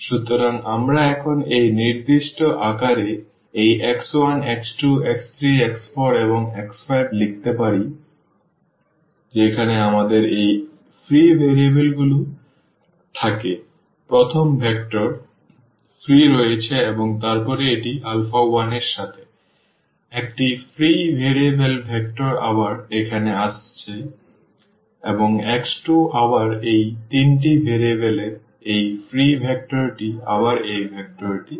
সুতরাং আমরা এখন এই নির্দিষ্ট আকারে এই x1 x2 x3 x4 এবং x5 লিখতে পারি যেখানে আমাদের এই ফ্রি ভেরিয়েবলগুলো থেকে প্রথম ভেক্টর ফ্রি রয়েছে এবং তারপর এটি আলফা 1 এর সাথে একটি ফ্রি ভেরিয়েবল ভেক্টর আবার এখানে আসছে এবং x2 আবার এই তিনটি ভেরিয়েবল সহ এই ফ্রি ভেক্টরটি আবার এই ভেক্টরটি আসছে